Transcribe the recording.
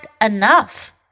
enough